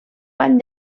pany